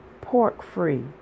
pork-free